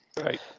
Right